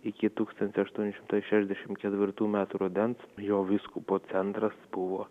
iki tūkstantis aštuoni šimtai šešiasdešimt ketvirtų metų rudens jo vyskupo centras buvo